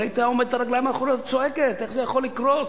הרי היית עומדת היום על רגליים אחוריות וצועקת: איך זה יכול לקרות?